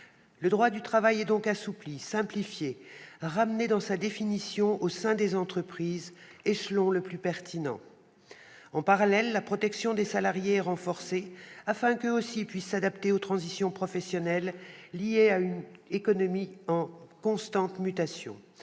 Le droit du travail est donc assoupli, simplifié, sa définition ramenée au sein des entreprises, échelon le plus pertinent. En parallèle, la protection des salariés est renforcée afin qu'eux aussi puissent s'adapter aux transitions professionnelles liées à une économie en constante mutation.